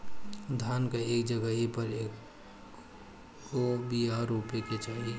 धान मे एक जगही पर कएगो बिया रोपे के चाही?